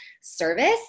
service